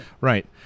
right